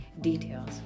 Details